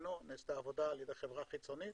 בזמנו נעשה עבודה על-ידי חברה חיצונית,